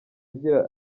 agira